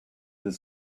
the